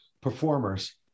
performers